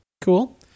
Cool